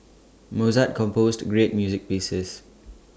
Mozart composed great music pieces